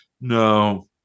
No